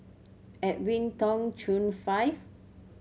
Edwin Tong Chun Fai